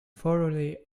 thoroughly